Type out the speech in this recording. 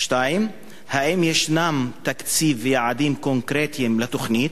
האם ישנם תקציב ויעדים קונקרטיים לתוכנית?